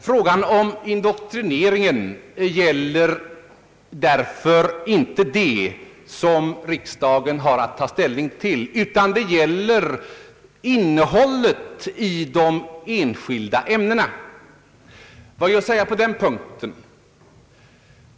Frågan om indoktrineringen gäller därför inte det som riksdagen nu har att ta ställning till utan den måste gälla innehållet i de enskilda ämnena. Vad är att säga på denna punkt?